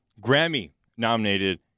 Grammy-nominated